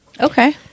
Okay